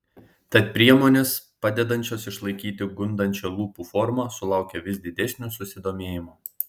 tad priemonės padedančios išlaikyti gundančią lūpų formą sulaukia vis didesnio susidomėjimo